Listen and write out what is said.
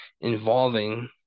involving